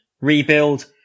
rebuild